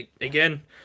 again